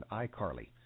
iCarly